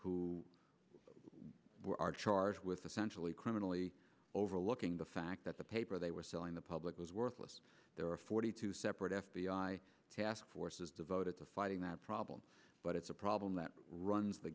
who are charged with the centrally criminally overlooking the fact that the paper they were selling the public was worthless there are forty two separate f b i task forces devoted to fighting that problem but it's a problem that runs the